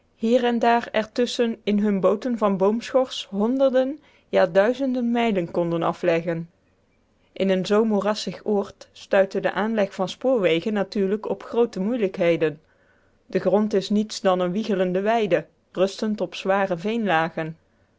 hier en daar er tusschen in hunne booten van boomschors honderden ja duizenden mijlen konden afleggen in een zoo moerassig oord stuitte de aanleg van spoorwegen natuurlijk op groote moeilijkheden de grond is niets dan een wiegelende weide rustend op zware